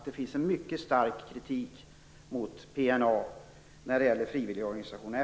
Det finns en mycket stark kritik mot PNA när det gäller frivilligorganisationerna.